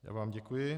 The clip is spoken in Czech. Já vám děkuji.